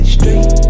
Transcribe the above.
straight